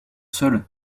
seul